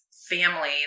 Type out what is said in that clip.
family